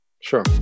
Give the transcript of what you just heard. Sure